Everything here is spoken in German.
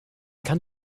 kann